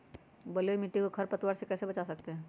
बलुई मिट्टी को खर पतवार से कैसे बच्चा सकते हैँ?